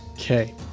Okay